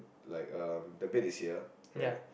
like um the bed is here right